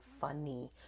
funny